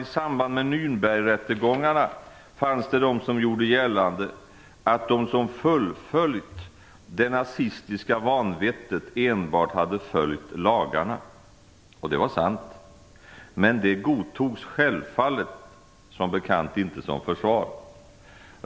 I samband med Nürnbergrättegångarna fanns det de som gjorde gällande att de som fullföljt det nazistiska vanvettet enbart hade följt lagarna. Det var sant. Men det godtogs som bekant självfallet inte som försvar.